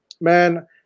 man